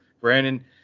Brandon